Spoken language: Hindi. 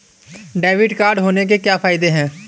डेबिट कार्ड होने के क्या फायदे हैं?